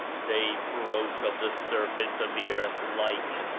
they broke. of the surface of the earth like.